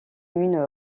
une